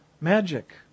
magic